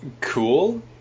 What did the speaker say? cool